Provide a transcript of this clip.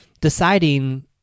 deciding